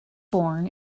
born